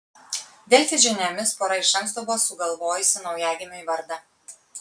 delfi žiniomis pora iš anksto buvo sugalvojusi naujagimiui vardą